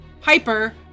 Piper